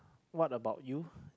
what about you